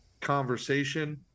conversation